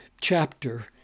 chapter